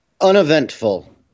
Uneventful